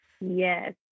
Yes